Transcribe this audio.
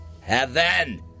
Heaven